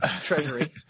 treasury